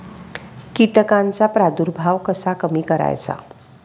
कीटकांचा प्रादुर्भाव कसा कमी करायचा?